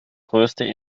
größte